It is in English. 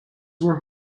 were